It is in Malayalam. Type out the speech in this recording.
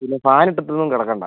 പിന്നെ ഫാനിട്ടിട്ടൊന്നും കിടക്കണ്ട